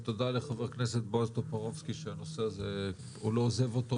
ותודה לחבר הכנסת בועז טופורובסקי שהוא לא עוזב את הנושא הזה,